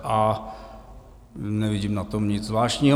A nevidím na tom nic zvláštního.